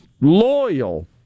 loyal